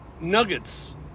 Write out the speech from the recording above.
Nuggets